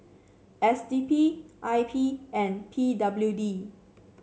S D P I P and P W D